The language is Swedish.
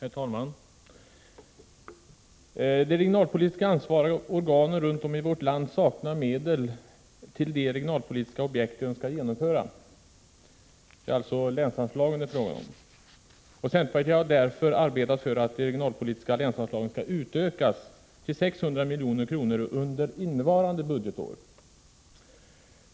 Herr talman! De regionalpolitiskt ansvariga organen runt om i vårt land saknar medel till de regionalpolitiska objekt som de önskar genomföra. Det är alltså fråga om länsanslagen. Centerpartiet har därför arbetat för att de regionalpolitiska länsanslagen skall utökas till 600 milj.kr. under innevarande budgetår.